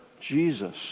Jesus